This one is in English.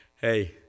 Hey